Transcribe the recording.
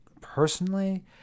personally